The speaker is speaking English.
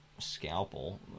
scalpel